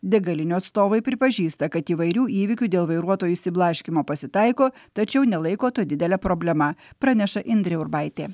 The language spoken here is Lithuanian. degalinių atstovai pripažįsta kad įvairių įvykių dėl vairuotojų išsiblaškymo pasitaiko tačiau nelaiko to didele problema praneša indrė urbaitė